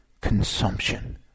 consumption